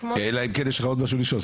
אלא אם כן יש לך עוד משהו לשאול,